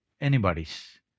anybody's